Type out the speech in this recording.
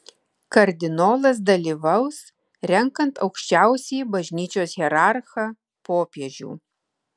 kardinolas dalyvaus renkant aukščiausiąjį bažnyčios hierarchą popiežių